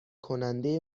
کننده